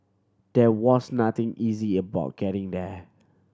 there was nothing easy about getting there